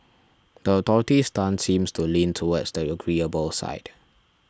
the authorities' stance seems to lean towards the agreeable side